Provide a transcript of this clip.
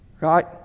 Right